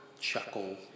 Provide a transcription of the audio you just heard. chuckle